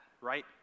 right